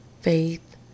faith